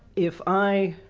if i